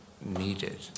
needed